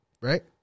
right